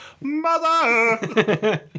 Mother